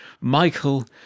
Michael